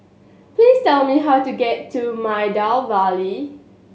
please tell me how to get to Maida Vale